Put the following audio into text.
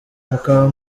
mukaba